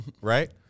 right